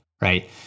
right